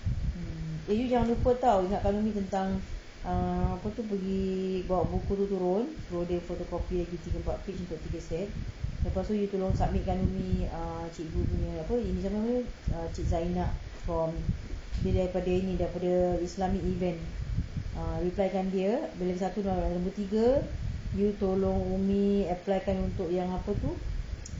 hmm you jangan lupa [tau] ingatkan umi tentang err apa tu pergi bawa buku suruh dia photocopy tiga empat page buat tiga set lepas tu you tolong submitkan umi err cikgunya ah cik zainab for dia daripada ini dia islamic event err reply kan dia lagi satu lagi tiga you tolong umi applykan untuk yang apa tu